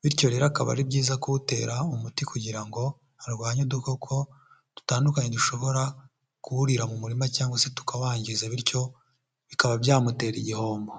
bityo rero akaba ari byiza kuwutera umuti kugira ngo arwanye udukoko dutandukanye dushobora kuwurira mu murima cyangwa se tukawangiza bityo bikaba byamutera igihombo.